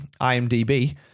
IMDb